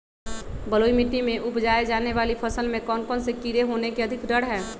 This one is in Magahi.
बलुई मिट्टी में उपजाय जाने वाली फसल में कौन कौन से कीड़े होने के अधिक डर हैं?